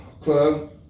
Club